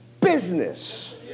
business